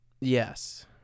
Yes